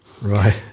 Right